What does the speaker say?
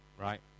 right